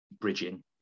bridging